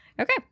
Okay